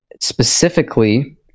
Specifically